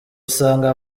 usanga